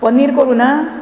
paneer करूंना